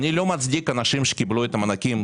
אני לא מצדיק אנשים שקיבלו את המענקים